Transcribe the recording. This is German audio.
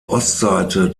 ostseite